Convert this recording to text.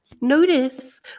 Notice